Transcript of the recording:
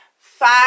Five